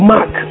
Mark